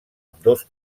ambdós